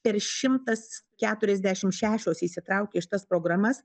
per šimtas keturiasdešimt šešios įsitraukė į šitas programas